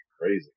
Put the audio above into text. crazy